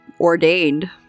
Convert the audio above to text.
ordained